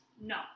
No